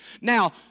Now